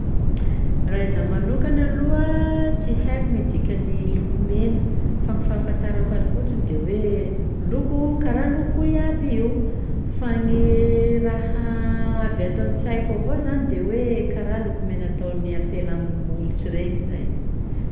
Raha izaho manokana aloha tsy haiko gny dikan'ny loko mena fa gny fahafantarako azy fotsiny de hoe loko karaha loko iaby io, fa gny raha avy ato an-tsaiko avao zany de hoe karaha lokomena ataon'ny ampela amin'ny molotsy regny zay.